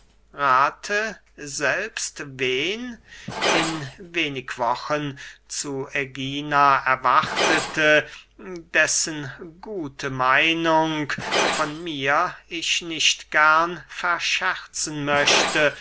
rathe selbst wen in wenig wochen zu ägina erwartete dessen gute meinung von mir ich nicht gern verscherzen möchte